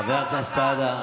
חבר הכנסת סעדה,